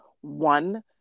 one